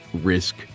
risk